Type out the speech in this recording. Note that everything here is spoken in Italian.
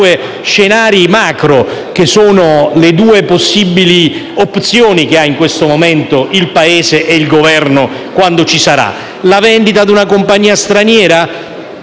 scenari *macro*, che sono le due possibili opzioni che hanno in questo momento il Paese e il Governo (quando ci sarà). La vendita a una compagnia straniera,